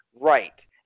Right